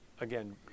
again